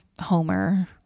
homer